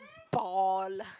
ball